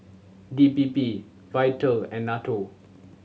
D P P Vital and NATO